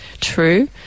true